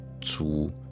zu